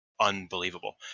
unbelievable